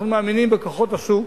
אנחנו מאמינים בכוחות השוק,